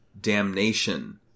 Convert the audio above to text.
damnation